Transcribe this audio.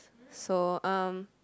so um